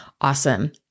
awesome